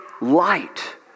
light